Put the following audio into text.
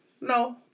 No